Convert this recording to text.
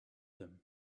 them